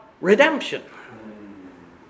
redemption